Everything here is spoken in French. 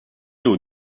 aux